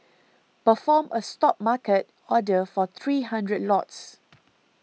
perform a Stop market order for three hundred lots